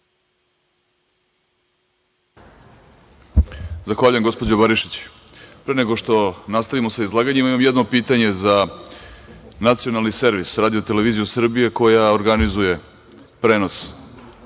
Zahvaljujem gospođo Barišić. Pre nego što nastavimo sa izlaganjima, imam jedno pitanje za Nacionalni servis RTS, koja organizuje prenos